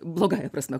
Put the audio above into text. blogąja prasme